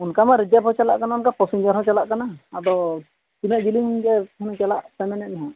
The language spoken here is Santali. ᱚᱱᱠᱟ ᱢᱟ ᱨᱤᱡᱟᱵᱽ ᱦᱚᱸ ᱪᱟᱞᱟᱜ ᱠᱟᱱᱟ ᱚᱱᱠᱟ ᱯᱮᱥᱮᱱᱡᱟᱨ ᱦᱚᱸ ᱪᱟᱞᱟᱜ ᱠᱟᱱᱟ ᱟᱫᱚ ᱛᱤᱱᱟᱹᱜ ᱡᱤᱞᱤᱧ ᱜᱮ ᱪᱟᱞᱟᱜ ᱠᱟᱱᱟ ᱢᱟᱱᱮ ᱦᱟᱸᱜ